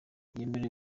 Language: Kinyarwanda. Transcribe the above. yemerewe